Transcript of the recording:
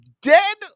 dead